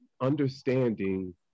understanding